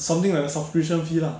something like a subscription fee lah